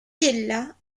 ella